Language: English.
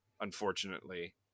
unfortunately